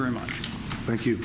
very much thank you